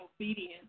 obedience